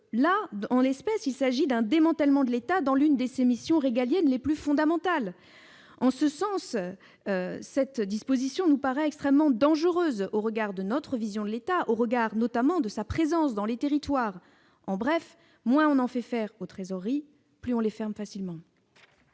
en l'espèce d'un démantèlement de l'État dans l'une de ses missions régaliennes les plus fondamentales. En ce sens, cette disposition nous paraît extrêmement dangereuse au regard de notre vision du rôle de l'État, notamment en termes de présence dans les territoires. Bref, moins on en fait faire aux trésoreries, plus on les ferme facilement.